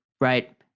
right